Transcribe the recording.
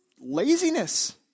laziness